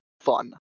fun